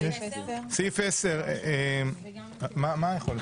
מה עושים